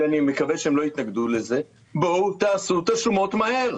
אני מקווה שהן לא יתנגדו לזה בואו תעשו את השומות מהר.